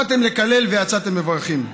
באתם לקלל ויצאתם מברכים.